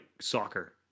soccer